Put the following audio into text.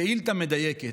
שאילתה מדייקת.